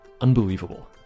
unbelievable